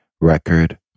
record